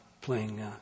playing